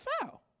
foul